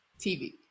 TV